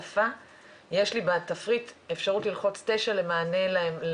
אנחנו מטפלים במאות